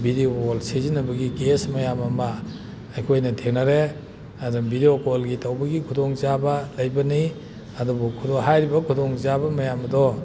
video call ꯁꯤꯖꯤꯟꯅꯕꯒꯤ case ꯃꯌꯥꯝ ꯑꯃ ꯑꯩꯈꯣꯏꯅ ꯊꯦꯡꯅꯔꯦ ꯑꯗꯨꯅ ꯕꯤꯗꯤꯑꯣ ꯀꯣꯜꯒꯤ ꯇꯧꯕꯒꯤ ꯈꯨꯗꯣꯡ ꯆꯥꯕ ꯂꯩꯕꯅꯤ ꯑꯗꯨꯕꯨ ꯍꯥꯏꯔꯤꯕ ꯈꯨꯗꯣꯡ ꯆꯥꯕ ꯃꯌꯥꯝ ꯑꯗꯣ